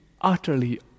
utterly